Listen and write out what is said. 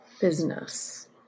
business